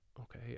okay